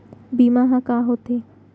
बीमा ह का होथे?